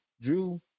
Drew